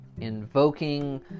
invoking